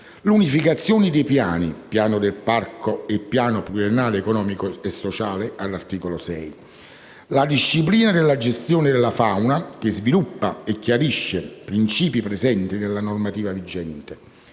l'unificazione dei piani (piano del parco e piano pluriennale economico e sociale) (articolo 5); la disciplina della gestione della fauna, che sviluppa e chiarisce principi presenti nella normativa vigente